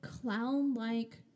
clown-like